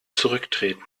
zurücktreten